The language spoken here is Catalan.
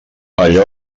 allò